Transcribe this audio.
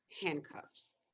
handcuffs